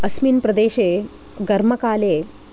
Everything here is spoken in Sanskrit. अस्मिन् प्रदेशे घर्मकाले